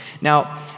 Now